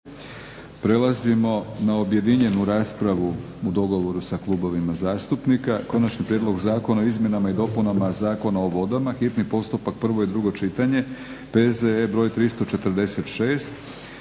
Prelazimo na objedinjenu raspravu u dogovoru sa klubovima zastupnika - Konačni prijedlog Zakona o izmjenama i dopunama Zakona o vodama, hitni postupak, prvo i drugo čitanje, P.Z.E. br. 346;